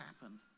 happen